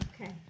Okay